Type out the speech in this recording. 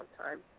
time